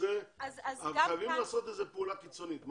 חייבים לעשות פעולה קיצונית.